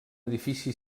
edifici